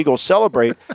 celebrate